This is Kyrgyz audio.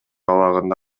абагында